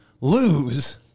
lose